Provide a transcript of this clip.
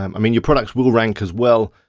um i mean your products will rank as well,